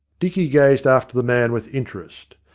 dicky gazed after the man with interest.